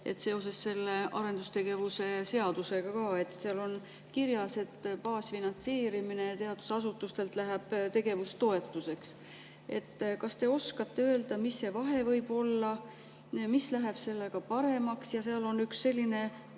küsin selle arendustegevuse seaduse [eelnõu] kohta. Seal on kirjas, et baasfinantseerimine teadusasutustel läheb tegevustoetuseks. Kas te oskate öelda, mis see vahe võib olla? Mis läheb sellega paremaks? Ja seal on üks selline